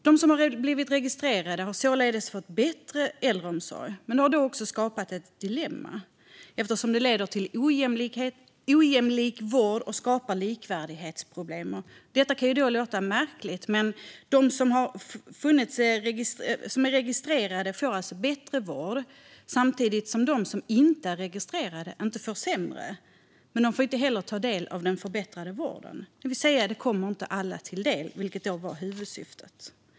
De som har blivit registrerade har således fått bättre äldreomsorg, men det har också skapat ett dilemma eftersom det leder till ojämlik vård och skapar likvärdighetsproblem. Detta kan låta märkligt, men de som är registrerade får alltså bättre vård samtidigt som de som inte är registrerade inte får sämre vård - men de får heller inte ta del av den förbättrade vården. Det vill säga det kommer inte alla till del, vilket var huvudsyftet. Fru talman!